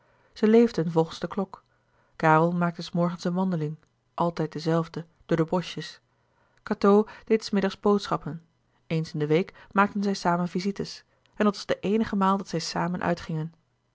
zij leefden volgens de klok karel maakte s morgens een wandeling altijd de zelfde door de boschjes cateau deed s middags boodschappen eens in de week maakten zij samen visites en dat was de eenige maal dat zij samen uitgingen